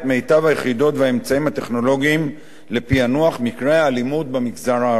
היחידות והאמצעים הטכנולוגיים לפענוח מקרי האלימות במגזר הערבי.